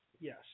Yes